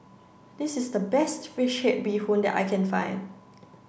this is the best fish head bee hoon that I can find